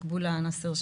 מקבולה נאסר,